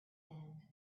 end